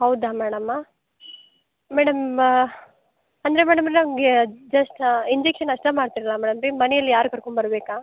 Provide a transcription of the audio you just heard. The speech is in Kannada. ಹೌದಾ ಮೇಡಮ ಮೇಡಮ್ ಅಂದರೆ ಮೇಡಮ್ ನನಗೆ ಜಸ್ಟ್ ಇಂಜೆಕ್ಷನ್ ಅಷ್ಟೇ ಮಾಡ್ತೀರ ಮೇಡಮ್ ರೀ ಮನಿಯಲ್ಲಿ ಯಾರ ಕರ್ಕೊಂಡು ಬರ್ಬೇಕಾ